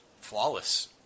flawless